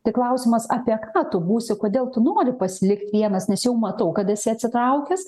tik klausimas apie ką tu būsi kodėl tu nori pasilikt vienas nes jau matau kad esi atsitraukęs